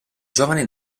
giovane